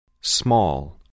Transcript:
Small